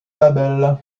babel